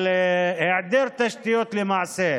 על היעדר תשתיות למעשה ביישובים,